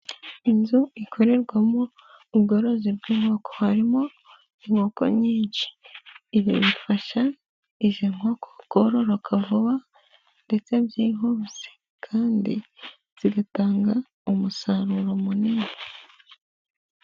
Inzu ikorerwamo ubworozi bw'inkoko harimo inkoko nyinshi, ibi bifasha izi nkoko kororoka vuba ndetse byihuse kandi zigatanga umusaruro munini.